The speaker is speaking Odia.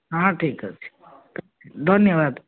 ହଁ ଠିକ୍ ଅଛି ଧନ୍ୟବାଦ